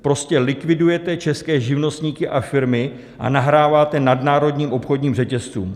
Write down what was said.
Prostě likvidujete české živnostníky a firmy a nahráváte nadnárodním obchodním řetězcům.